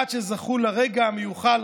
עד שזכו לרגע המיוחל,